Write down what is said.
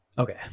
Okay